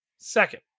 Second